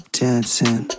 dancing